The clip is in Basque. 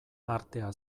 artea